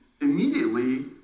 immediately